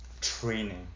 training